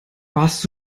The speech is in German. warst